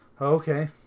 Okay